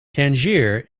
tangier